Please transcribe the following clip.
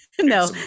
No